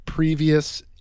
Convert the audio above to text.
Previous